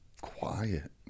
Quiet